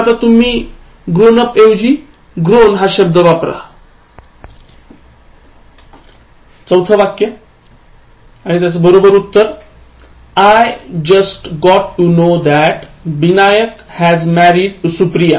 तर आता तुम्ही ग्रोनप ऐवजी ग्रोन हा शब्द वापरा ४ वाक्यच बरोबर उत्तर I just got to know that Binayak has married to Supriya